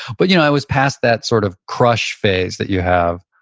but you know i was past that sort of crush phase that you have